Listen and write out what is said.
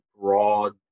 broad